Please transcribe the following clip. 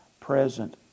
present